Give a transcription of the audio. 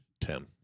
Ten